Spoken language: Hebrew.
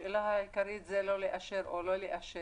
השאלה העיקרית היא לאשר או לא לאשר.